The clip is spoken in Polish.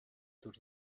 tuż